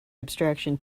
abstraction